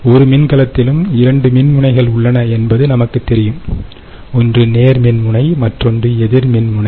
ஒரு மின்கலத்திலும் 2 மின்முனைகள் உள்ளன என்பது நமக்குத் தெரியும் ஒன்று நேர்மின்முனை மற்றொன்று எதிர்மின்முனை